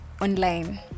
online